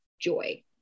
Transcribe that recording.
joy